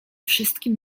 wszystkim